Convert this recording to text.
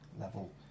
level